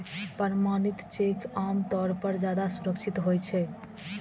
प्रमाणित चेक आम तौर पर ज्यादा सुरक्षित होइ छै